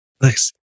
Nice